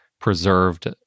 Preserved